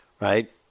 right